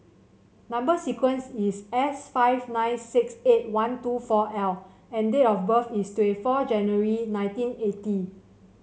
number sequence is S five nine six eight one two four L and date of birth is twenty four January nineteen eighty